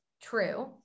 true